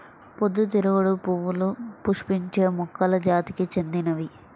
పొద్దుతిరుగుడు పువ్వులు పుష్పించే మొక్కల జాతికి చెందినవి